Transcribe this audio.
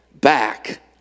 back